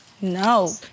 No